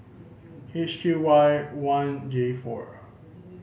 H Q Y one J four